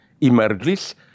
emerges